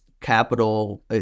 capital